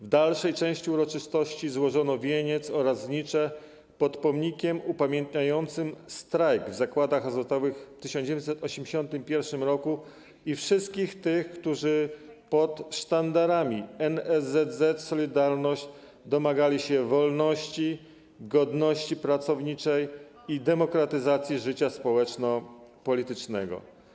W dalszej części uroczystości złożono wieniec oraz zapalono znicze pod pomnikiem upamiętniającym strajk w zakładach azotowych w 1981 r. i wszystkich tych, którzy pod sztandarami NSZZ „Solidarność” domagali się wolności, godności pracowniczej i demokratyzacji życia społeczno-politycznego.